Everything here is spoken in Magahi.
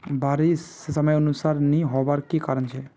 बारिश समयानुसार नी होबार की कारण छे?